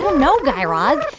don't know, guy raz.